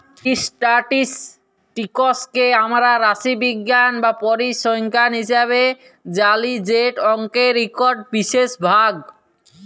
statistics কে আমরা রাশিবিজ্ঞাল বা পরিসংখ্যাল হিসাবে জালি যেট অংকের ইকট বিশেষ ভাগ